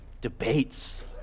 debates